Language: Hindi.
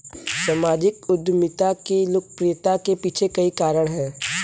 सामाजिक उद्यमिता की लोकप्रियता के पीछे कई कारण है